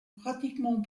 pratiquement